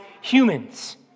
humans